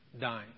dying